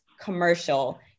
commercial